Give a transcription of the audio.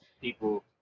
people